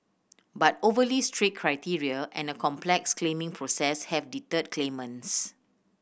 but overly strict criteria and a complex claiming process have deterred claimants